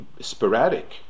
sporadic